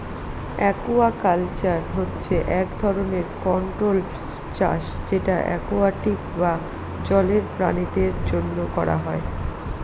aquaculture হচ্ছে এক ধরনের কন্ট্রোল্ড চাষ যেটা একুয়াটিক বা জলের প্রাণীদের জন্য করা হয়